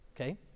Okay